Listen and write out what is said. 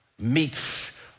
meets